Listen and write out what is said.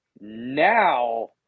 Now